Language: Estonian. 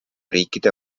riikide